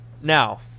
Now